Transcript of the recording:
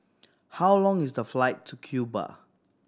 how long is the flight to Cuba